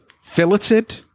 filleted